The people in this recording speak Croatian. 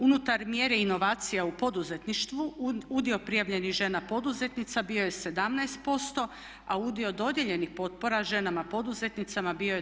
Unutar mjere Inovacija u poduzetništvu udio prijavljenih žena poduzetnica bio je 17%, a udio dodijeljenih potpora ženama poduzetnicama bio je 29%